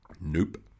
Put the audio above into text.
Nope